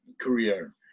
career